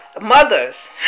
mothers